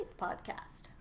podcast